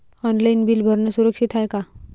Online bill भरनं सुरक्षित हाय का?